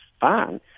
fine